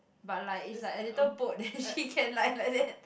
but like is like a little boat that she can like like that